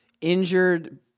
injured